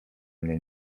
mnie